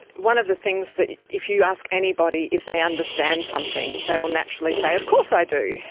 one of the things that if you ask anybody if they understand something they will naturally say of course i do.